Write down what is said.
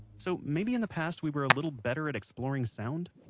so maybe in the past we were a little better at exploring sound?